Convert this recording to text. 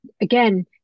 Again